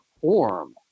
form